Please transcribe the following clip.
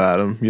Adam